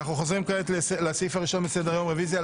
אנחנו חוזרים כעת לסעיף הראשון בסדר-היום: רביזיה על